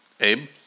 Abe